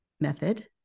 method